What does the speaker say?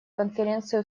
конференцию